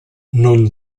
non